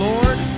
Lord